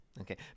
Okay